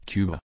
Cuba